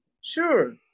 Sure